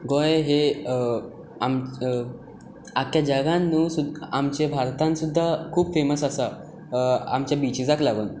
गोंय हें आख्ख्या जगांत न्हय आमचे भारतांत सुद्दां खूब फॅमस आसा आमच्या बिचीसाक लागून